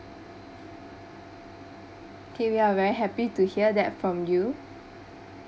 okay we are very happy to hear that from you